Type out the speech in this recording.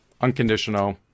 unconditional